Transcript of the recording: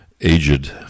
aged